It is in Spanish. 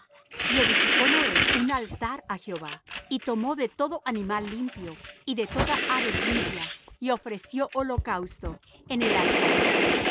y edificó noé un altar á jehová y tomó de todo animal limpio y de toda ave limpia y ofreció holocausto en el altar